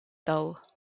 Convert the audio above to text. though